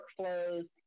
workflows